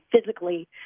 physically